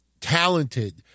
talented